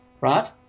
right